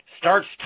Starts